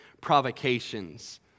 provocations